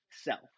self